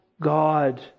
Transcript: God